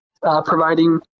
providing